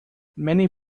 many